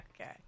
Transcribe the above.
Okay